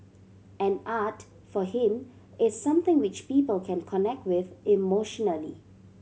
and art for him is something which people can connect with emotionally